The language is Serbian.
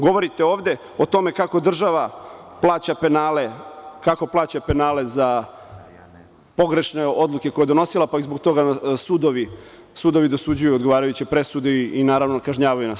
Govorite ovde o tome kako država plaća penale za pogrešne odluke koje je donosila pa i zbog toga sudovi dosuđuju odgovarajuće presude i naravno kažnjavaju nas.